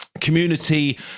community